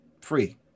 free